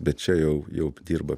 bet čia jau jau dirba